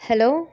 hello